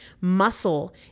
Muscle